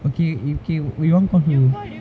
okay okay we won't come here